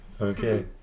Okay